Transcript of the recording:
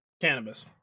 Cannabis